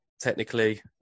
technically